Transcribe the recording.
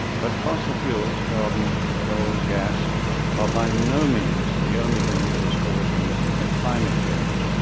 but fossil fuels, carbon coal and gas are by no means the only thing that is causing climate change.